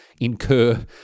incur